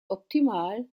optimal